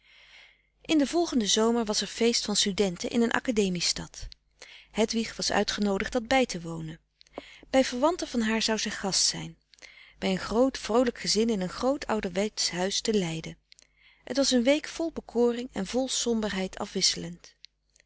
in den volgenden zomer was er feest van studenten in een academie stad hedwig was uitgenoodigd dat bij te wonen bij verwanten van haar zou zij gast zijn bij een groot vroolijk gezin in een groot ouderwetsch huis te leiden het was een week vol bekoring en vol somberheid afwisselend